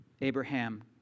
Abraham